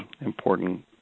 important